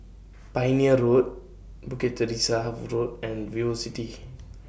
Pioneer Road Bukit Teresa Road and Vivocity